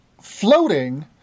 floating